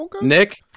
Nick